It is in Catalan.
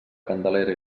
candelera